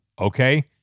Okay